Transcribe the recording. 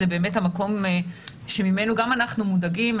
זה באמת המקום שממנו גם אנחנו מודאגים.